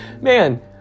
man